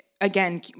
again